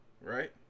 Right